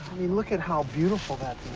i mean, look at how beautiful that